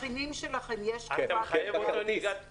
בתבחינים שלכם יש נהיגה בלילה?